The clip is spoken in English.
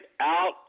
out